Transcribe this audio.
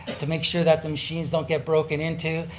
to make sure that the machines don't get broken into,